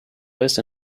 west